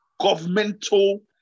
governmental